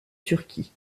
turquie